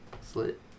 slit